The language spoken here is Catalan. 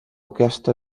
aquesta